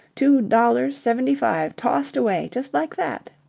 two dollars seventy-five tossed away, just like that.